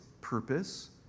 purpose